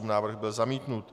Návrh byl zamítnut.